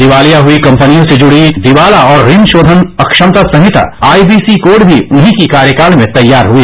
दिवालिया हुई कम्पनियों से जुड़ी दिवाला और ऋण शोधन अक्षमता संहिता आईबीसी कोड भी उन्हीं के कार्यकाल में तैयार हुई